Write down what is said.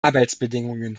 arbeitsbedingungen